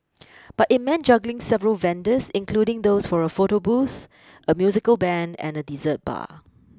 but it meant juggling several vendors including those for a photo booth a musical band and a dessert bar